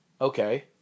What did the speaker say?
Okay